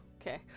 Okay